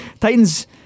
Titans